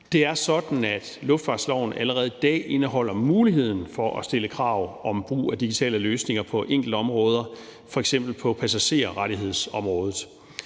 Det er sådan, at luftfartsloven allerede i dag indeholder muligheden for at stille krav om brug af digitale løsninger på enkelte områder, f.eks. på passagerrettighedsområdet.